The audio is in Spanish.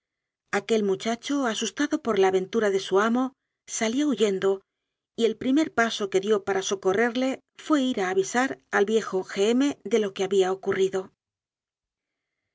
aquel muchacho asustado por la aventura de su amo salió hu yendo y el primer paso que dió para socorrerle fué ir a avisar al viejo g m de lo que había ocurrido